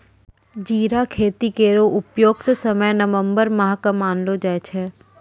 जीरा खेती केरो उपयुक्त समय नवम्बर माह क मानलो जाय छै